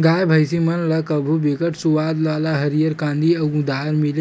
गाय, भइसी मन ल कभू बिकट सुवाद वाला हरियर कांदी अउ दार मिल